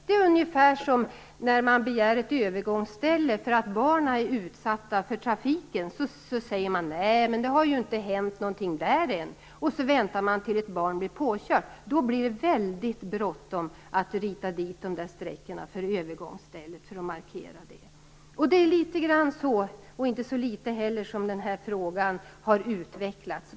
Det är ungefär som när man begär att få ett övergångsställe för att barnen är utsatta i trafiken. Då säger man: Nej, men det har ju inte hänt något där ännu. Så väntar man tills ett barn blir påkört. Då blir det väldigt bråttom att rita dit strecken för att markera övergångsstället. Det är precis så den här frågan har utvecklats.